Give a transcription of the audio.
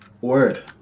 Word